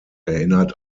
erinnert